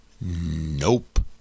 Nope